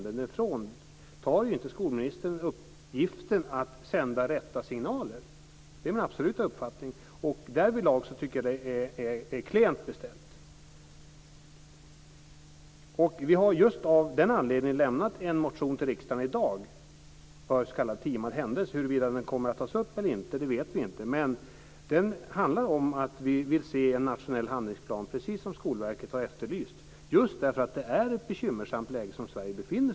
Men det fråntar ju inte skolministern uppgiften att sända rätta signaler. Det är min absoluta uppfattning. Därvidlag tycker jag att det är klent beställt. Just av den anledningen har vi väckt en motion i riksdagen i dag. Huruvida den kommer att behandlas eller inte vet vi inte, men den handlar om att vi vill se en nationell handlingsplan, precis som Skolverket har efterlyst. Sverige befinner sig i ett bekymmersamt läge.